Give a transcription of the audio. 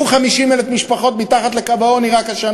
תודה.